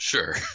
Sure